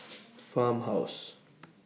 Farmhouse